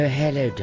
hello